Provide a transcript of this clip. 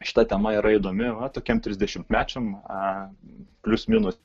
šita tema yra įdomi va tokiem trisdešimtmečiam plius minus